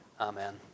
Amen